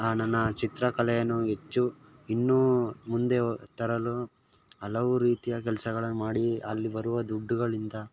ಆ ನನ್ನ ಚಿತ್ರಕಲೆಯನ್ನು ಹೆಚ್ಚು ಇನ್ನೂ ಮುಂದೆ ತರಲು ಹಲವು ರೀತಿಯ ಕೆಲಸಗಳನ್ನ ಮಾಡಿ ಅಲ್ಲಿ ಬರುವ ದುಡ್ಡುಗಳಿಂದ